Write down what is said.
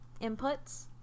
Inputs